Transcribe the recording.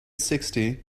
sixty